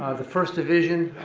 ah the first division.